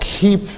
keep